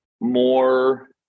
more